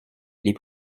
les